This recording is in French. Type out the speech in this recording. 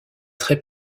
très